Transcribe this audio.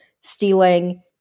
stealing